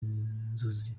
inzozi